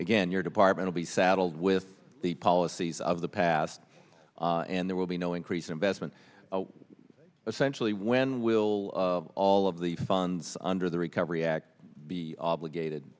again your department to be saddled with the policies of the past and there will be no increase investment essentially when will all of the funds under the recovery act be obligated